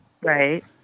Right